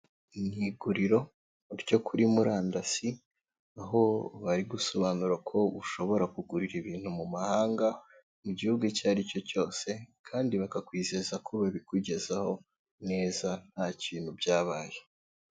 Mu iguriro ryo kuri murandasi aho bari gusobanura ko ushobora kugurira ibintu mu mahanga mu gihugu icyo ari cyo cyose kandi bakakwizeza ko babikugezaho neza nta kintu byabaye.